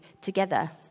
together